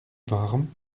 warm